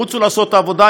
רוצו לעשות את העבודה,